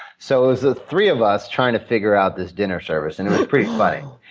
so, it was the three of us trying to figure out this dinner service, and it was pretty funny.